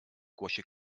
głosie